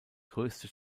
größte